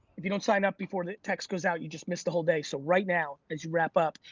if you don't sign up before the text goes out, you just missed the whole day. so right now as you wrap up,